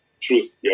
truth